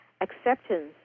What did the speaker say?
acceptance